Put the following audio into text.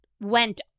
went